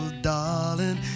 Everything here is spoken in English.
darling